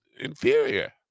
inferior